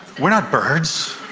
we're not birds.